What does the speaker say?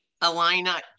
Alina